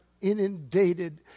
inundated